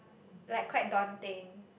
like quite daunting